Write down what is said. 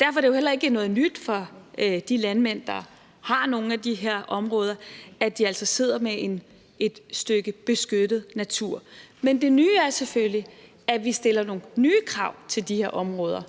Derfor er det jo heller ikke noget nyt for de landmænd, der har nogle af de her områder, at de altså sidder med et stykke beskyttet natur, men det nye er selvfølgelig, at vi stiller nogle nye krav til de her områder.